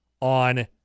on